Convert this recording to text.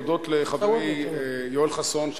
אני מודה לך, חבר הכנסת יואל חסון.